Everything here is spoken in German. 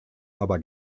aber